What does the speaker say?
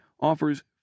offers